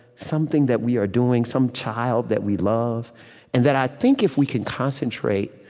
something that we are doing, some child that we love and that i think if we can concentrate